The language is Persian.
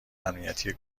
امنیتی